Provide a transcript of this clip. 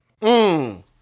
Mmm